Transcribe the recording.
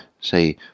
say